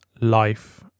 life